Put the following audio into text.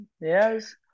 Yes